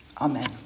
Amen